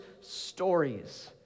stories